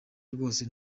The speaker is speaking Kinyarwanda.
rwose